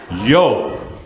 Yo